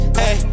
hey